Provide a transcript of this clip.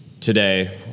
today